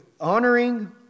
honoring